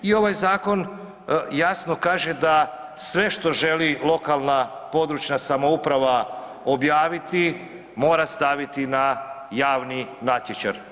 I ovaj zakon jasno kaže da sve što želi lokalna, područna samouprava objaviti mora staviti na javni natječaj.